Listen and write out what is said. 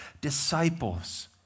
disciples